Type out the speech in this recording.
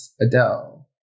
Adele